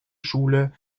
schule